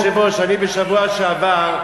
אדוני היושב-ראש, אני בשבוע שעבר,